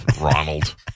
Ronald